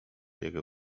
jego